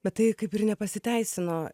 bet tai kaip ir nepasiteisino